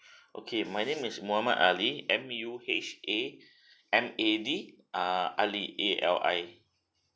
okay my name is muhamad ali M U H A M A D ah ali A L I